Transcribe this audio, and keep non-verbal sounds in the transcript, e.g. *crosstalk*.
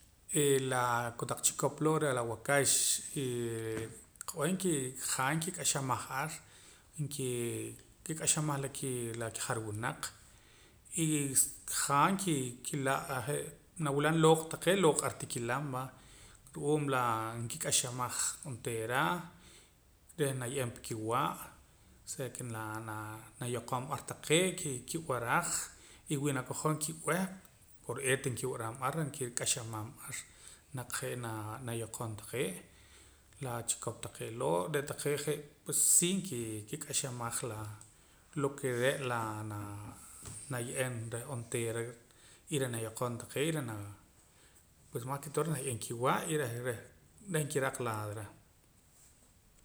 *hesitation* la kotaq chikop loo' reh la waakax y qab'eh jaa nkik'axamaj ar nkik'axamaj la kijarwunaq y jaa nki kila' je' nawila' looq' taqee' looq' ar tikilam va ru'uum la nkik'axamaj onteera reh naye'em pa kiwa' osea ke nayoqom ar taqee' keh nkib'araj y wi nakojom kib'eh kore'eet nkib'aram ar reh nkik'axaman ar naq je' nanayoqom taqee' la chikoq taqee' loo' re' taqee' je' si nkik'axamaj la loo ke re' la naye'eem reh onteera y reh nayoqom taqee' y reh na mas ke todo reh naye'eem kiwa' reh reh nkiraq lado reh